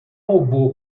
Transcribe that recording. robô